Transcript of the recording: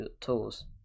tools